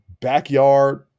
backyard